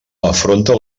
afronta